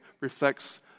reflects